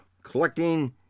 collecting